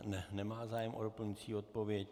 Ne, nemá zájem o doplňující odpověď.